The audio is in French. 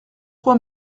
trop